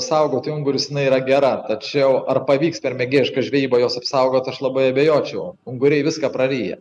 saugoti ungurius jinai yra gera tačiau ar pavyks per mėgėjišką žvejybą juos apsaugot aš labai abejočiau unguriai viską praryja